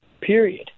period